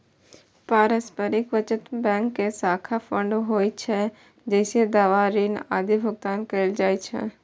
पारस्परिक बचत बैंक के साझा फंड होइ छै, जइसे दावा, ऋण आदिक भुगतान कैल जाइ छै